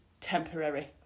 temporary